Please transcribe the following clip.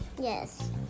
Yes